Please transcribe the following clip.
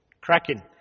cracking